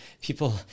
people